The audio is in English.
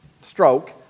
stroke